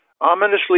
Ominously